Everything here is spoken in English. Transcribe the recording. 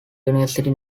university